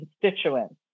constituents